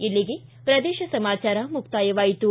ಇಲ್ಲಿಗೆ ಪ್ರದೇಶ ಸಮಾಚಾರ ಮುಕ್ತಾಯವಾಯಿತು